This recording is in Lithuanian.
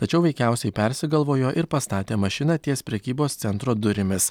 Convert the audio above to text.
tačiau veikiausiai persigalvojo ir pastatė mašiną ties prekybos centro durimis